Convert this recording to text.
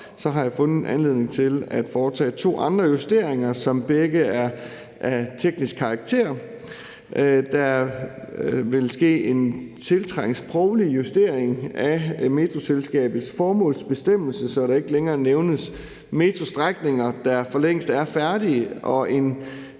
op, har jeg fundet anledning til at foretage to andre justeringer, som begge er af teknisk karakter. Der vil ske en tiltrængt sproglig justering af Metroselskabets formålsbestemmelse, så der ikke længere nævnes metrostrækninger, der for længst er færdige, og der